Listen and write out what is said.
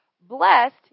blessed